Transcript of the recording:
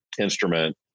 instrument